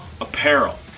Apparel